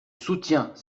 soutiens